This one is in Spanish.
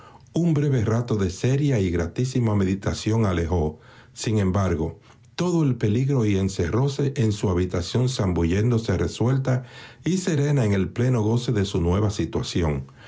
un breve rato de seria y gratísima meditación alejó sin embargo todo el peligro y encerróse en su habitación zambulléndose resuelta y serena en el pleno goce de su nueva situación